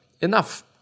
enough